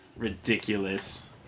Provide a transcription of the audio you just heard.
ridiculous